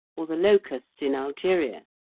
or the locust in algeria.